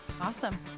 Awesome